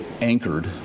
anchored